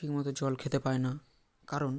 ঠিকমতো জল খেতে পায় না কারণ